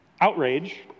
Outrage